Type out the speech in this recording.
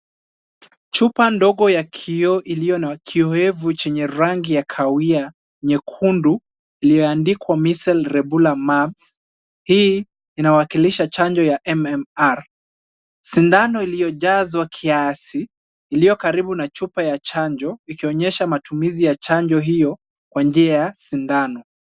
Chupa ndogo iliyo na kiowevu chenye rangi ya kahawia nyekundu iliyoandikwa measles, rubella, mumps . Hii inawakilisha chanjo ya MMR. Sindano iliyojazwa kiasi iliyo karibu na chupa ya chanjo ikionyesha matumizi ya chanjo hiyo kwenye njia ya sindano.